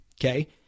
Okay